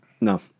No